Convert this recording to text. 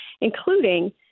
including